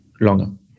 longer